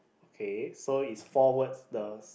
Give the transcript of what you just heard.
okay so is four words the